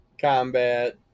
combat